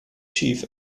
chief